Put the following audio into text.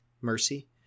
mercy